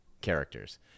characters